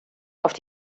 auf